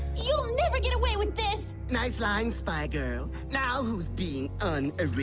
you'll never get away with this nice lime spy girl. now who's being um